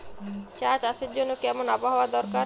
চা চাষের জন্য কেমন আবহাওয়া দরকার?